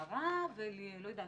גמרא ומוזיקה.